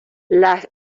las